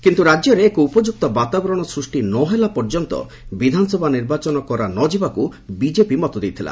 କିନ୍ତୁ ରାଜ୍ୟରେ ଏକ ଉପଯୁକ୍ତ ବାତାବରଣ ସୃଷ୍ଟି ନ ହେଲା ପର୍ଯ୍ୟନ୍ତ ବିଧାନସଭା ନିର୍ବାଚନ କରା ନ ଯିବାକୁ ବିଜେପି ମତ ଦେଇଥିଲା